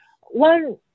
one